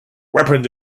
weapons